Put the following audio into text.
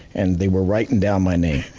and they were writing down my name.